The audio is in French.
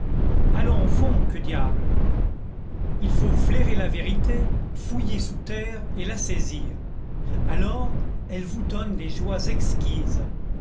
allons au fond que diable il faut flairer la vérité fouiller sous terre et la saisir alors elle vous donne des joies exquises